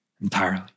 entirely